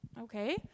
okay